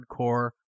hardcore